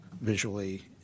visually